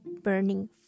burning